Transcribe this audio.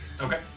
Okay